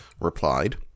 Replied